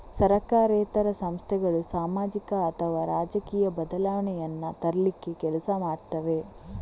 ಸರಕಾರೇತರ ಸಂಸ್ಥೆಗಳು ಸಾಮಾಜಿಕ ಅಥವಾ ರಾಜಕೀಯ ಬದಲಾವಣೆಯನ್ನ ತರ್ಲಿಕ್ಕೆ ಕೆಲಸ ಮಾಡ್ತವೆ